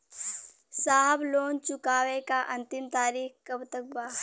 साहब लोन चुकावे क अंतिम तारीख कब तक बा?